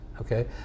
Okay